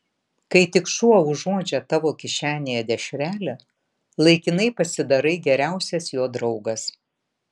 kai tik šuo užuodžia tavo kišenėje dešrelę laikinai pasidarai geriausias jo draugas